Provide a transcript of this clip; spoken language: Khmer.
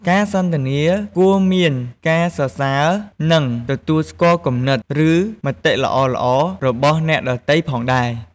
ក្នុងការសន្ទនា គួរមានការសរសើរ និងទទួលស្គាល់គំនិត ឬមតិល្អៗរបស់អ្នកដ៏ទៃផងដែរ។